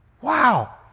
Wow